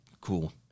Cool